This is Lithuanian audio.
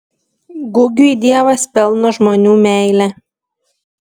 gugiui dievas pelno žmonių meilę